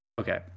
Okay